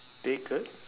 take a